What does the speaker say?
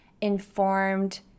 informed